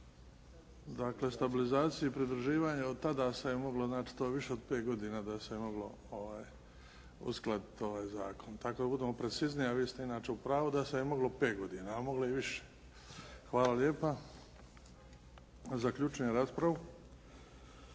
Hvala lijepa. Zaključujem raspravu